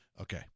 Okay